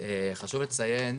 חשוב לציין,